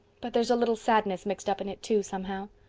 but there's a little sadness mixed up in it too, somehow.